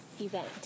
event